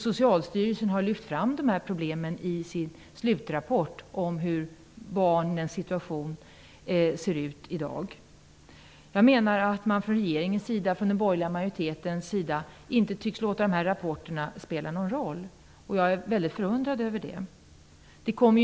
Socialstyrelsen har lyft fram de här problemen i sin slutrapport om hur barnens situation ser ut i dag. Jag menar att regeringen och den borgerliga majoriteten inte tycks låta rapporterna spela någon roll, och jag är väldigt förundrad över det.